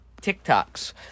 TikToks